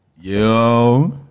yo